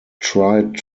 tried